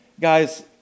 Guys